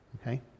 Okay